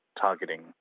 targeting